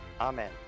Amen